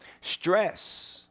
stress